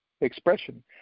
expression